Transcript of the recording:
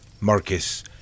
Marcus